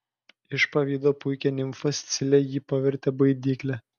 iš pavydo puikią nimfą scilę ji pavertė baidykle